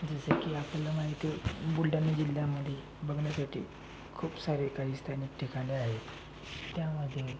जसं की आपल्याला माहिती आहे बुलढाणा जिल्ह्यामध्ये बघण्यासाठी खूप सारे काही स्थानिक ठिकाणे आहेत त्यामध्ये